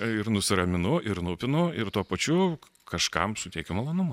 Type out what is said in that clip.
ir nusiraminu ir nupinu ir tuo pačiu kažkam suteikiu malonumą